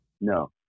No